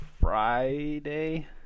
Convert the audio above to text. Friday